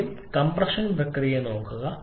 ആദ്യം കംപ്രഷൻ പ്രക്രിയ നോക്കുക